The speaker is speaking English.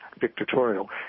dictatorial